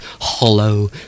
hollow